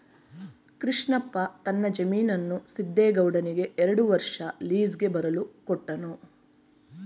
ಕೃಷ್ಣಪ್ಪ ತನ್ನ ಜಮೀನನ್ನು ಸಿದ್ದೇಗೌಡನಿಗೆ ಎರಡು ವರ್ಷ ಲೀಸ್ಗೆ ಬರಲು ಕೊಟ್ಟನು